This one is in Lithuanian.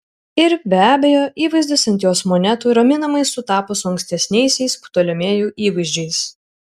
ir be abejo įvaizdis ant jos monetų raminamai sutapo su ankstesniaisiais ptolemėjų įvaizdžiais